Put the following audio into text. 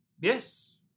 yes